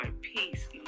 Peace